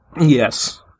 Yes